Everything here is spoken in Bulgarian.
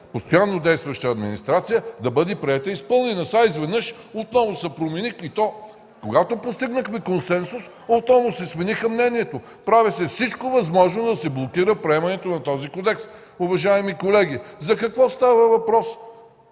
постоянно действаща администрация, да бъде приета и изпълнена. И сега изведнъж отново се промени и то, когато постигнахме консенсус, отново си смениха мнението. Прави се всичко възможно да се блокира приемането на този Кодекс, уважаеми колеги! За какво става въпрос?!